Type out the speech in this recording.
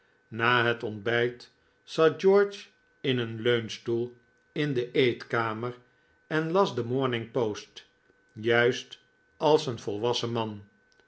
na het ontbijt zat george in een leunstoel in de eetkamer en las de morning post juist als een volwassen man